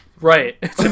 Right